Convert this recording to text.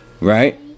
right